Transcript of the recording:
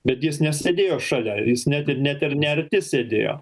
bet jis nesėdėjo šalia jis net ir net ir ne arti sėdėjo